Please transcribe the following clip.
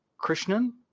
Krishnan